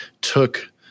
took